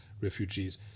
refugees